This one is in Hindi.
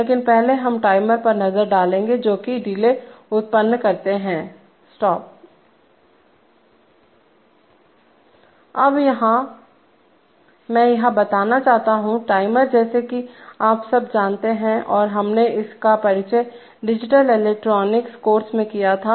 लेकिन पहले हम टाइमर पर नजर डालेंगे जोकि डिले उत्पन्न करते हैं स्टॉप अब यहां मैं यह बताना चाहता हूं टाइमर जैसे कि आप सब जानते हैं और हमने इसका परिचय डिजिटल इलेक्ट्रॉनिक्स कोर्स में किया था